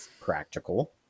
practical